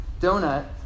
donut